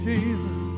Jesus